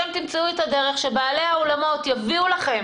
אתם תמצאו את הדרך שבעלי האולמות יביאו לכם